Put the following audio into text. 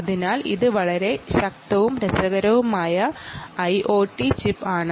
അതിനാൽ ഇത് വളരെ ശക്തവും രസകരവുമായ ഐഒടി ചിപ്പ് ആണ്